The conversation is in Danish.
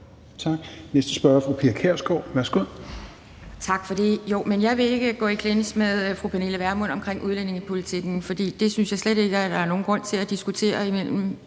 Værsgo. Kl. 17:35 Pia Kjærsgaard (DF): Tak for det. Jeg vil ikke gå i clinch med fru Pernille Vermund omkring udlændingepolitikken, for det synes jeg slet ikke der er nogen grund til at diskutere os